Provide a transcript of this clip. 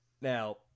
Now